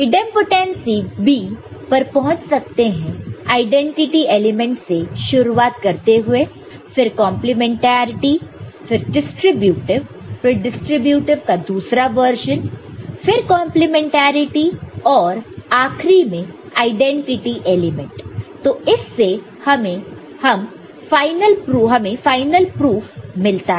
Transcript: इंडेमांपोटेंसी पर पहुंच सकते हैं आईडेंटिटी एलिमेंट से शुरुआत करते हुए फिर कंप्लीमेंट्रिटी फिर डिस्ट्रीब्यूटीव फिर डिस्ट्रीब्यूटीव का दूसरा वर्जन फिर कंप्लीमेंट्रिटी और आखरी में आईडेंटिटी एलिमेंट तो इससे हमें फाइनल प्रूफ मिलता है